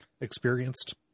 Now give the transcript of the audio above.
experienced